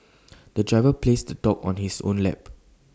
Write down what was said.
the driver placed the dog on his own lap